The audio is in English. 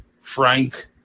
Frank